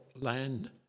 land